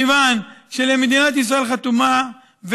כיוון שמדינת ישראל חתומה,